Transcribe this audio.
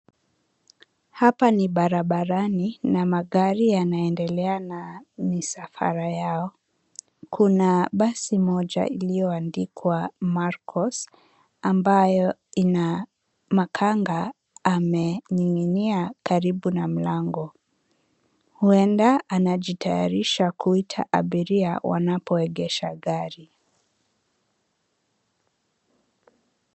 Hapa ni barabarani na magari yanaendelea na misafara yao. Kuna basi moja iliyoandikwa (cs)Marcos(cs), ambalo lina makanga aliyening’inia karibu na mlango. Huenda anajitayarisha kuita abiria watakapoegeisha gari.